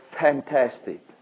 fantastic